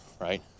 Right